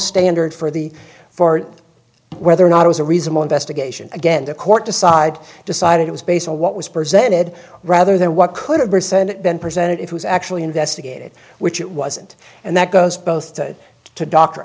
standard for the four whether or not it was a reasonable investigation again the court decide decided it was based on what was presented rather than what could have been presented it was actually investigated which it wasn't and that